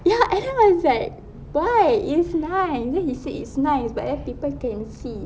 ya and then I was like why it's nice then he said it's nice but then people can see